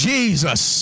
Jesus